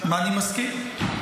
אני מסכים.